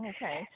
Okay